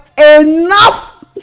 enough